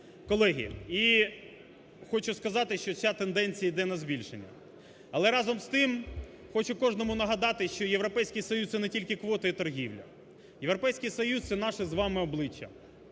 Колеги, і хочу сказати, що ця тенденція іде на збільшення. Але, разом з тим, хочу кожному нагадати, що Європейський Союз – це не тільки квоти і торгівля, Європейський Союз – це наше з вами обличчя,